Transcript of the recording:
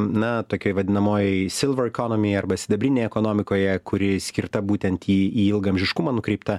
na tokioj vadinamoj silver economy arba sidabrinėj ekonomikoje kuri skirta būtent į į ilgaamžiškumą nukreipta